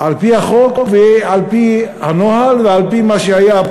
שעל-פי החוק ועל-פי הנוהל ועל-פי מה שהיה,